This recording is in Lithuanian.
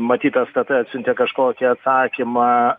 matyt stt atsiuntė kažkokį atsakymą